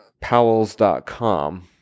powells.com